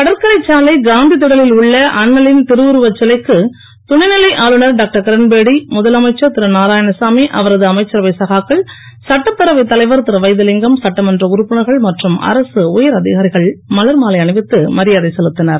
கடற்கரை சாலை காந்தி திடலில் உள்ள அண்ணலின் திருவுருவச் சிலைக்கு துணை நிலை ஆளுநர் டாக்டர் கிரண்பேடி முதலமைச்சர் நாராயணசாமி அவரது அமைச்சரவை சகாக்கள் சட்டப்பேரவைத் தலைவர் திரு வைத்திலிங்கம் சட்டமன்ற உறுப்பினர்கள் மற்றும் அரசு உயர் அதிகாரிகள் மலர் மாலை அணிவித்து மரியாதை செலுத்தினர்